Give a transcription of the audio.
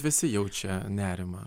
visi jaučia nerimą